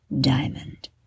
diamond